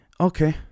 Okay